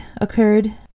occurred